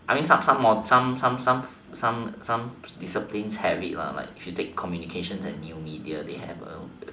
I mean some some some some some some some some some discipline have it like if you take communications and new media they have a